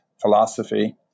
philosophy